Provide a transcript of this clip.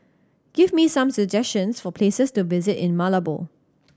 give me some suggestions for places to visit in Malabo